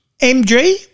MG